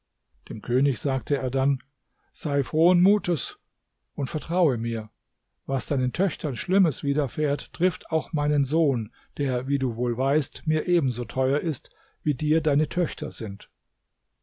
dem könig sagte er dann sei frohen mutes und vertraue mir was deinen töchtern schlimmes widerfährt trifft auch meinen sohn der wie du wohl weißt mir ebenso teuer ist wie dir deine töchter sind